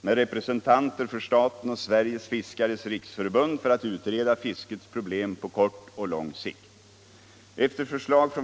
med representanter för staten och Sveriges fiskares riksförbund för att utreda fiskets problem på kort och lång sikt.